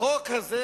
החוק הזה